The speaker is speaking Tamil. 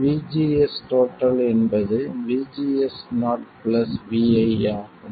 VGS என்பது VGS0 vi ஆகும்